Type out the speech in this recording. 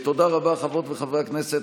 תודה רבה, חברות וחברי הכנסת.